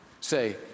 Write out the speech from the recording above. say